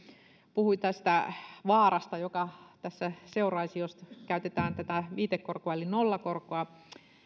puhui vaarasta joka seuraisi jos käytetään tätä viitekorkoa eli nollakorkoa